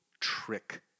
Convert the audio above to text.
trick